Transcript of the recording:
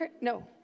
No